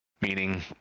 meaning